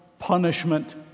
punishment